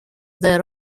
there